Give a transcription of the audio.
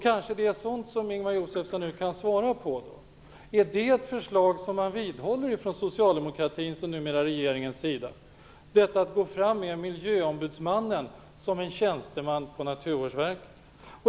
Kanske kan Ingemar Josefsson nu ge besked: Är det ett förslag som man vidhåller från socialdemokratins, numera regeringens, sida, att man alltså vill ha miljöombudsmannen som en tjänsteman på Naturvårdsverket?